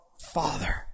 Father